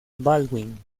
baldwin